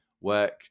work